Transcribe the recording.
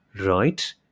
Right